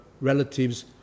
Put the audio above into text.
relatives